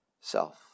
self